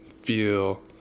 feel